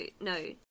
no